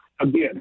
again